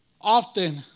Often